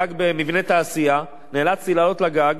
גג במבנה תעשייה, נאלצתי לעלות לגג